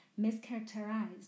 mischaracterized